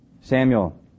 Samuel